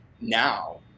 now